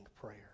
prayer